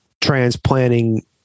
transplanting